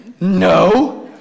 no